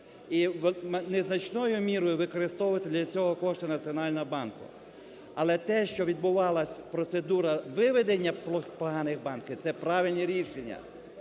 і, не значною мірою, використовувати для цього кошти Національного банку. Але те, що відбувалася процедура виведення поганих банків це правильні рішення.